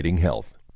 health